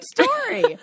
story